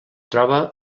troba